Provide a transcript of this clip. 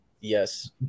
Yes